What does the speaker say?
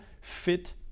fit